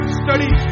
study